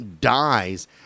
dies